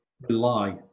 rely